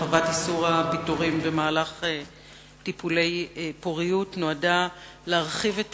(הרחבת איסור הפיטורים במהלך טיפולי פוריות) נועדה להרחיב את